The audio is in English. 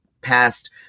past